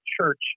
church